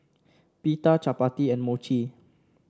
Pita Chapati and Mochi